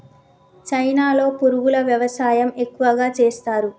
చైనాలో పురుగుల వ్యవసాయం ఎక్కువగా చేస్తరు